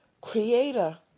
Creator